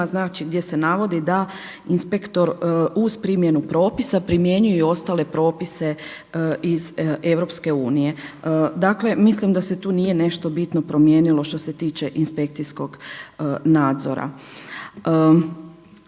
znači gdje se navodi da inspektor uz primjenu propisa primjenjuje i ostale propise iz Europske unije. Dakle, mislim da se tu nije nešto bitno promijenilo što se tiče inspekcijskog nadzora.